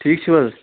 ٹھیٖک چھِو حظ